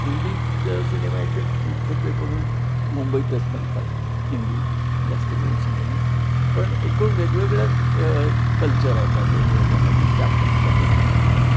हिंदीत सिनेमे आहेते मुख्यत्वेकरून मुंबईतच बनतात हिंदी जास्तकरून सिनेमे पण एकूण वेगवेगळ्या कल्चर आहे त्या दोन्ही याच्यामध्ये त्या पद्धतीनं सुद्धा